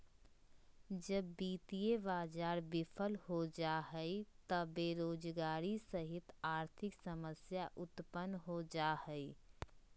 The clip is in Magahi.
जब वित्तीय बाज़ार बिफल हो जा हइ त बेरोजगारी सहित आर्थिक समस्या उतपन्न हो जा हइ